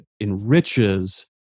enriches